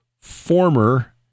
former